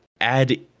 Add